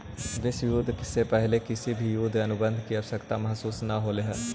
विश्व युद्ध से पहले किसी को युद्ध अनुबंध की आवश्यकता महसूस न होलई हल